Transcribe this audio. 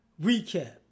recap